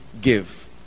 give